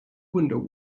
window